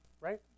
right